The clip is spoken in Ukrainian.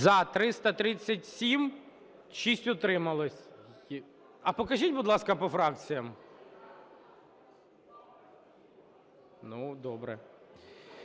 За-337 6 – утрималося. А покажіть, будь ласка, по фракціях. Добре.